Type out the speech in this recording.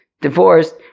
divorced